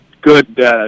good